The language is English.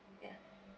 ya